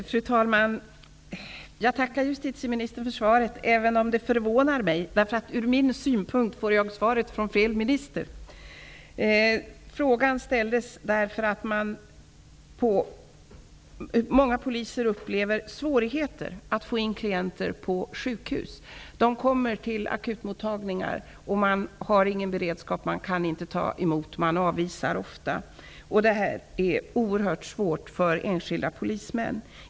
Fru talman! Jag tackar justitieministern för svaret, även om det förvånar mig. Ur min synpunkt får jag svaret från fel minister. Frågan ställdes därför att många poliser upplever svårigheter att få in klienter på sjukhus. De kommer till akutmottagningar, men där har man ingen beredskap. Man kan inte ta emot klienten och avvisar ofta. Detta är oerhört svårt för enskilda polismän.